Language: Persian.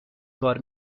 کار